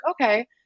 okay